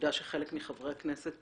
העובדה שחלק מחברי כנסת